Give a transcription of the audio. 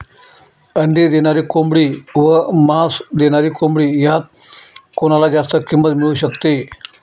अंडी देणारी कोंबडी व मांस देणारी कोंबडी यात कोणाला जास्त किंमत मिळू शकते?